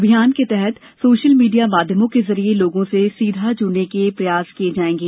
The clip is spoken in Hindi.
अभियान के तहत सोशल मीडिया माध्यमों के जरिए लोगों से सीधा जुड़ने के प्रयास किर्य जायेंगे